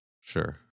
Sure